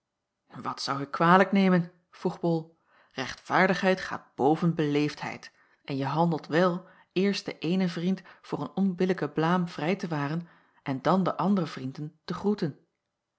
wat zou ik kwalijk nemen vroeg bol rechtvaardigheid gaat boven beleefdheid en je handelt wel eerst den eenen vriend voor een onbillijken blaam vrij te waren en dan de andere vrienden te groeten